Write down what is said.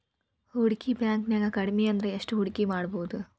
ಹೂಡ್ಕಿ ಬ್ಯಾಂಕ್ನ್ಯಾಗ್ ಕಡ್ಮಿಅಂದ್ರ ಎಷ್ಟ್ ಹೂಡ್ಕಿಮಾಡ್ಬೊದು?